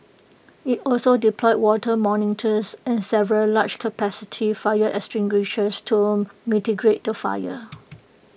IT also deployed water monitors and several large capacity fire extinguishers to mitigate the fire